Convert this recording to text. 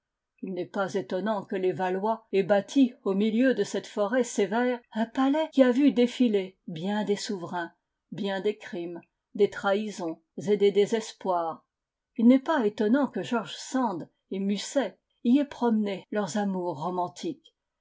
il n'est pas étonnant que les valois aient bâti au milieu de cette forêt sévère un palais qui a vu défiler bien des souverains bien des crimes des trahisons et des désespoirs il n'est pas étonnant que george sand et musset y aient promené leurs amours romantiques